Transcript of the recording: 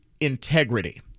integrity